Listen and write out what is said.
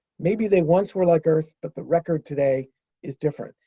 maybe they once were like earth's, but the record today is different.